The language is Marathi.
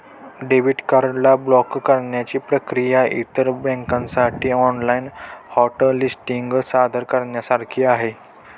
डेबिट कार्ड ला ब्लॉक करण्याची प्रक्रिया इतर बँकांसाठी ऑनलाइन हॉट लिस्टिंग सादर करण्यासारखी आहे